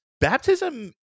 baptism